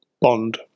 bond